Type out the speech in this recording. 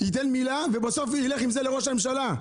אתן מילה ובסוף הוא ילך עם זה לראש הממשלה.